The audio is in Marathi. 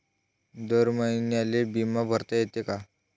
दर महिन्याले बिमा भरता येते का?